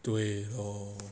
对 lor